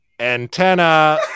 Antenna